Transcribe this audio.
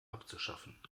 abzuschaffen